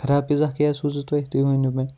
خَراب پِزاہ کیازِ سوٗزو تۄہہِ تُہۍ ؤنِو مےٚ